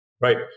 Right